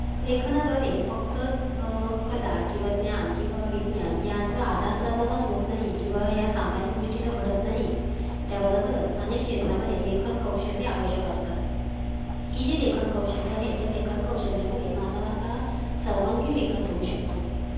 लेखनाद्वारे फक्तच कला किंवा ज्ञान किंवा विज्ञान यांचं आदानप्रदानच होत नाही किंवा या सामाजिक गोष्टी तर घडत नाहीत त्याबरोबरच अनेक क्षेत्रामध्ये लेखन कौशल्य आवश्यक असतात ही जी लेखन कौशल्य आहेत या लेखन कौशल्यामध्ये मानवाचा सर्वांगीण विकास होऊ शकतो